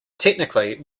technically